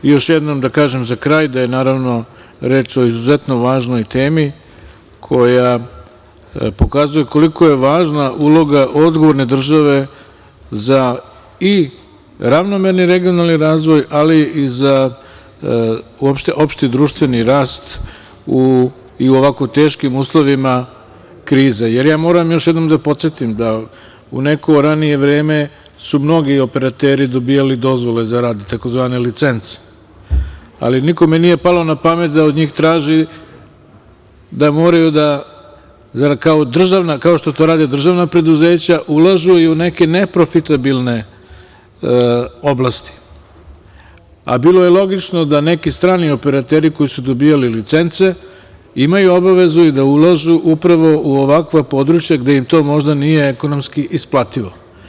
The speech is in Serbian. Još jednom da kažem za kraj da je naravno reč o izuzetno važnoj temi koja pokazuje koliko je važna uloga odgovorne države za i ravnomerni regiona Još jednom moram da podsetim da u neko ranije vreme su mnogi operateri dobijali dozvole za rad, tzv. „licence“, ali nikome nije palo na pamet da od njih traži da moraju da kao što to rade državna preduzeća ulažu i u neke neprofitabilne oblasti, a bilo je logično da neki strani operateri koji su dobijali licence imaju obavezu i da ulažu upravo u ovakva područja gde im to možda nije ekonomski isplativo.